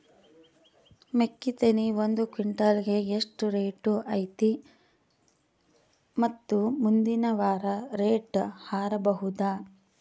ಮೆಕ್ಕಿ ತೆನಿ ಒಂದು ಕ್ವಿಂಟಾಲ್ ಗೆ ಎಷ್ಟು ರೇಟು ಐತಿ ಮತ್ತು ಮುಂದಿನ ವಾರ ರೇಟ್ ಹಾರಬಹುದ?